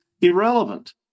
irrelevant